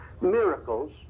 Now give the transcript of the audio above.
miracles